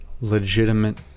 legitimate